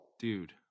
Dude